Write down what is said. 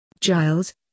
Giles